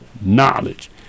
knowledge